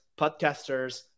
podcasters